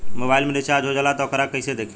Mobile में recharge हो जाला त वोकरा के कइसे देखी?